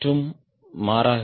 மற்றும் மாறாக